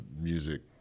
music